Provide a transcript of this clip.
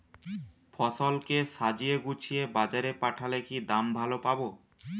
ফসল কে সাজিয়ে গুছিয়ে বাজারে পাঠালে কি দাম ভালো পাব?